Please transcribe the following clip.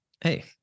Hey